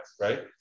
right